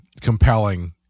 compelling